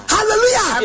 Hallelujah